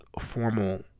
formal